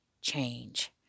change